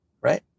right